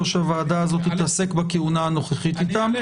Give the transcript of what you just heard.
שהוועדה הזאת תתעסק בכהונה הנוכחית איתם,